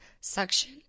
suction